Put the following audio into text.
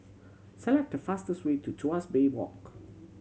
select the fastest way to Tuas Bay Walk